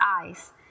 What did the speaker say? eyes